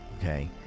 okay